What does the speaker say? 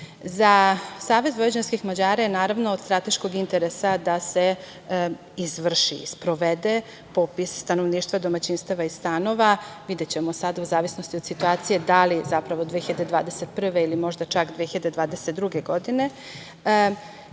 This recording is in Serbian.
zajednici.Za SVM je naravno od strateškog interesa da se izvrši i sprovede popis stanovništva, domaćinstava i stanova, videćemo sada u zavisnosti od situacije da li zapravo 2021. ili možda čak 2022. godine,